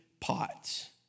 pots